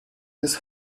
this